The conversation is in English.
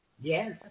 Yes